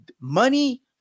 Money